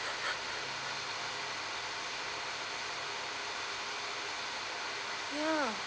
ya